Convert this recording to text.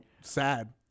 sad